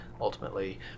ultimately